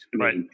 Right